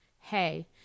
hey